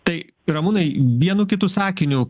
tai ramūnai vienu kitu sakiniu